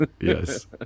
yes